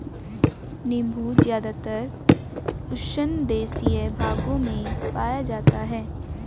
नीबू ज़्यादातर उष्णदेशीय भागों में पाया जाता है